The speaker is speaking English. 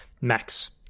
Max